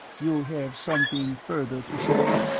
you have something further to say?